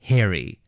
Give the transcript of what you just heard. Harry